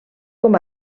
com